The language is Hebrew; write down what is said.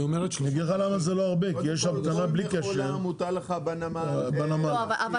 זה לא הרבה, כי יש המתנה בנמל בלי קשר.